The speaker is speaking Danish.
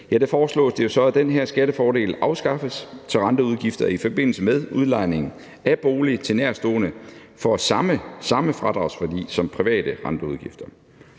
foreslås det, at den her skattefordel afskaffes, så renteudgifter i forbindelse med udlejning af bolig til nærtstående får samme fradragsværdi som private renteudgifter.